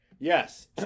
Yes